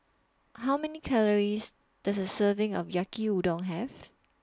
How Many Calories Does A Serving of Yaki Udon Have